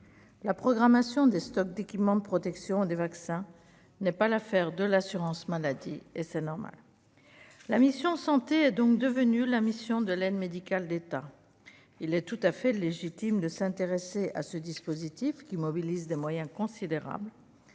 la programmation des stocks d'équipements de protection des vaccins n'est pas l'affaire de l'assurance maladie et c'est normal, la mission santé est donc devenue la mission de l'aide médicale d'État, il est tout à fait légitime de s'intéresser à ce dispositif, qui mobilise des moyens considérables,